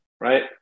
right